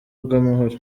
bw’amahoro